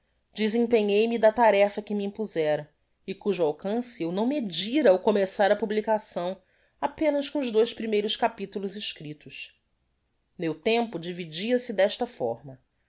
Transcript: empreza desempenhei me da tarefa que me impuzera e cujo alcance eu não medira ao começar a publicação apenas com os dois primeiros capitulos escriptos meu tempo dividia-se desta forma